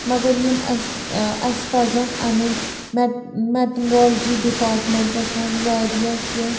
مگر یِم اَسہِ اَسہِ پزن انٕنۍ مٮ۪ٹ مٮ۪ٹٕنرالجی ڈِپارٹمٮ۪نٛٹس منٛز وارِیاہ کیٚنٛہہ